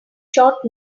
short